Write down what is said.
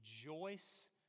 rejoice